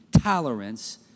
tolerance